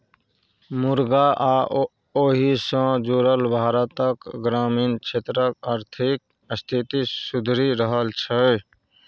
मुरगा आ ओहि सँ जुरल भारतक ग्रामीण क्षेत्रक आर्थिक स्थिति सुधरि रहल छै